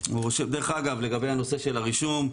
דרך אגב לגבי הנושא של הרישום,